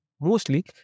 mostly